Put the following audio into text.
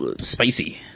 spicy